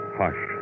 hush